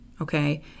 Okay